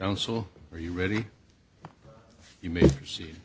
and so are you ready you may see